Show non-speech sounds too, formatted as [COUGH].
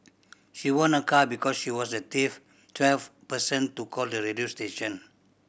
she won a car because she was the [UNINTELLIGIBLE] twelfth person to call the radio station